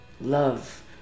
love